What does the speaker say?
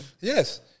Yes